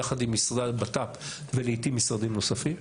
יחד עם משרד הבט"פ ולעיתים משרדים נוספים.